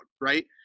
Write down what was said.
right